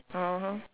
(uh huh)